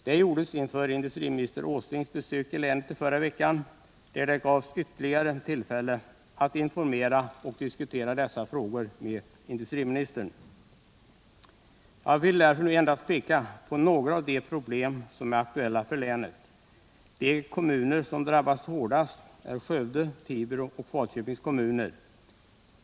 Det gjordes inför industriminister Åslings besök i länet i förra veckan, då det ytterligare gavs tillfälle att informera och diskutera dessa frågor med industriministern. Jag vill därför nu endast peka på några av de problem som är aktuella för länet. De kommuner som drabbats hårdast är Skövde, Tibro och Falköpings kommuner.